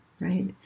right